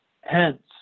Hence